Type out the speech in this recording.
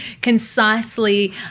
concisely